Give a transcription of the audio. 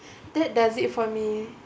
that does it for me